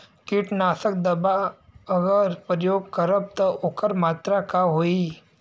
कीटनाशक दवा अगर प्रयोग करब त ओकर मात्रा का होई?